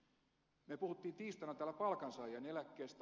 me puhuimme tiistaina täällä palkansaajien eläkkeistä